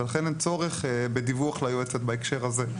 לכן אין צורך בדיווח ליועצת בהקשר הזה.